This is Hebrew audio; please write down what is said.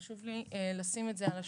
חשוב לי לשים את זה על השולחן.